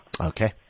Okay